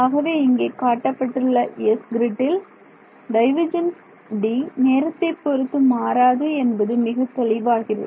ஆகவே இங்கே காட்டப்பட்டுள்ள 'S' கிரிட்டில் டைவர்ஜென்ஸ் 'D' நேரத்தைப் பொறுத்து மாறாது என்பது மிகத் தெளிவாகிறது